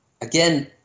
again